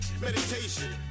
meditation